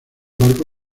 barco